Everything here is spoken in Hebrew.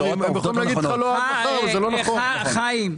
חיים,